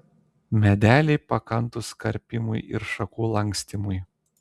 medeliai pakantūs karpymui ir šakų lankstymui